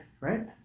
right